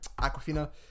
Aquafina